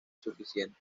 suficiente